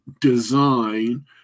Design